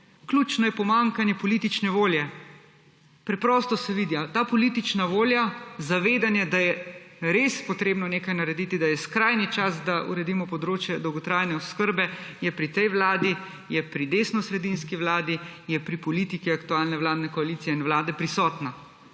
Ključno je pomanjkanje politične volje, preprosto se vidi. Ta politična volja, zavedanje, da je res potrebno nekaj narediti, da je skrajni čas, da uredimo področje dolgotrajne oskrbe, je pri tej vladi, je pri desnosredinski vladi, je pri politiki aktualne vladne koalicije in vlade prisotna.